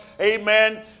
Amen